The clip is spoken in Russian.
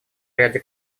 ряде